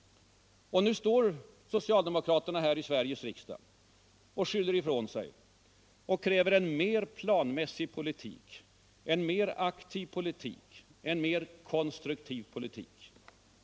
Och nu står socialdemokraterna här i Sveriges riksdag och skyller ifrån sig och kräver en mer planmässig politik, en mer aktiv politik, en mer konstruktiv politik.